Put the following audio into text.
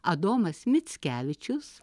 adomas mickevičius